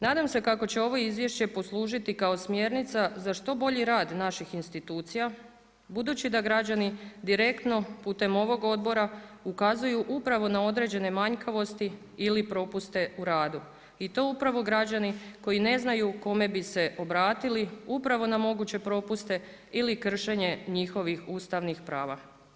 Nadam se kako će ovo izvješće poslužiti kao smjernica za što bolji rad naših institucija, budući da građani direktno putem ovog odbora ukazuju upravo na određene manjkavosti ili propuste u radu i to upravo građani koji ne znaju kome bi se obratili upravo na moguće propuste ili kršenje njihovih ustavnih prava.